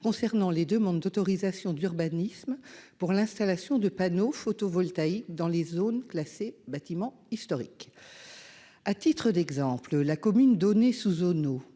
concernant les demandes d'autorisations d'urbanisme pour l'installation de panneaux photovoltaïques dans les zones classées bâtiment historique à titre d'exemple, la commune donnée sous Auneau